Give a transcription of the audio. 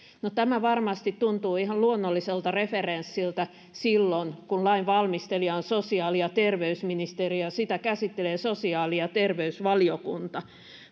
no tämä varmasti tuntuu ihan luonnolliselta referenssiltä silloin kun lainvalmistelija on sosiaali ja terveysministeriö ja sitä käsittelee sosiaali ja terveysvaliokunta